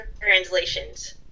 translations